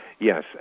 yes